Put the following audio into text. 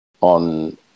on